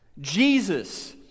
Jesus